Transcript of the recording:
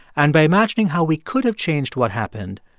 and by imagining how we could have changed what happened,